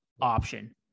option